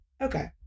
Okay